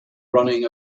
running